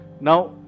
now